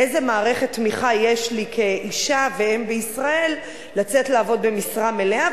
איזו מערכת תמיכה יש לי כאשה ואם בישראל לצאת לעבוד במשרה מלאה,